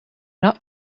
not